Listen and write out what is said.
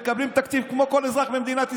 מקבלים תקציב כמו כל אזרח במדינת ישראל.